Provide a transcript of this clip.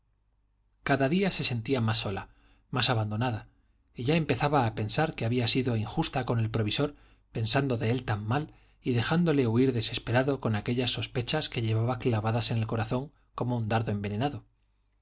cada día se sentía más sola más abandonada y ya empezaba a pensar que había sido injusta con el provisor pensando de él tan mal y dejándole huir desesperado con aquellas sospechas que llevaba clavadas en el corazón como un dardo envenenado